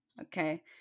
okay